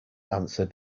answered